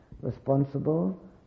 responsible